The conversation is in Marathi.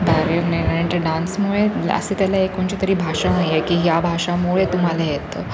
बॅरीयर नाही आणि त्या डान्समुळे असे त्याला एक कोणती तरी भाषा नाही आहे की ह्या भाषेमुळे तुम्हाला हे येतं